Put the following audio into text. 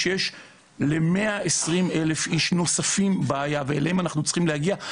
שיש ל-120 אלף איש נוספים בעיה ואליהם אנחנו צריכים להגיע,